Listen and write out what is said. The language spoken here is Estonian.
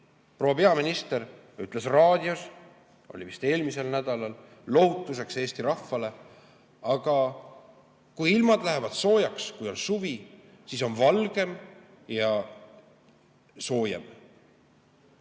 Proua peaminister ütles raadios vist eelmisel nädalal lohutuseks Eesti rahvale, et kui ilmad lähevad soojaks, kui on suvi, siis on valgem ja soojem.